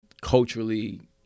culturally